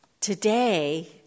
today